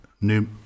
new